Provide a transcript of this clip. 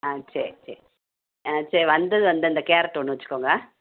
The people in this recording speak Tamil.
ஆ சரி சரி ஆ சரி வந்தது வந்த இந்த கேரட்டு ஒன்று வச்சுக்கோங்க